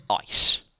ice